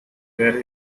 where